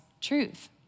truth